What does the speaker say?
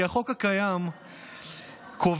כי החוק הקיים קובע,